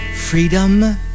freedom